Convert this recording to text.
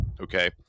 Okay